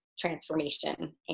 transformation